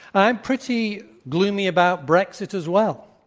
i am pretty gloomy about brexit as well.